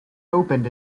opened